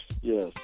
Yes